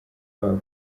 babo